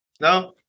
No